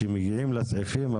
כשמגיעים לסעיפים,